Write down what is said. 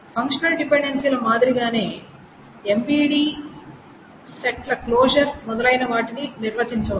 functional డిపెండెన్సీల మాదిరిగానే MVD set ల క్లోసర్ మొదలైనవాటిని నిర్వచించవచ్చు